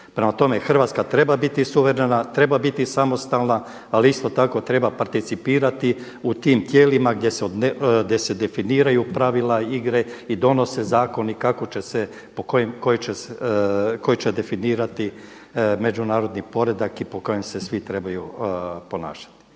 Prema tome, Hrvatska treba biti suverena, treba biti samostalna ali isto tako treba participirati u tim tijelima gdje se definiraju pravila igre i donose zakoni koji će definirati međunarodni poredak i prema kojem se svi trebaju ponašati.